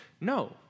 No